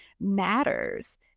matters